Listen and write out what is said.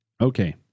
Okay